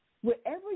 wherever